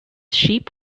sheep